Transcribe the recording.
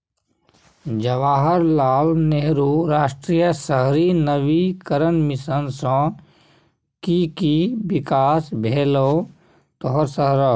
जवाहर लाल नेहरू राष्ट्रीय शहरी नवीकरण मिशन सँ कि कि बिकास भेलौ तोहर शहरक?